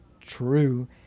true